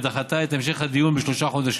ודחתה את המשך הדיון בה בשלושה חודשים.